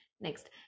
next